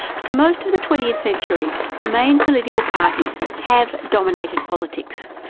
for most of the twentieth century, the main political parties have dominated politics.